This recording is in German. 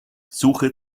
suche